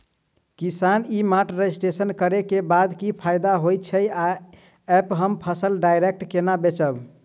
किसान e mart registration करै केँ बाद की फायदा होइ छै आ ऐप हम फसल डायरेक्ट केना बेचब?